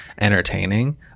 entertaining